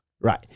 right